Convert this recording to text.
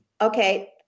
Okay